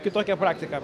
kitokią praktiką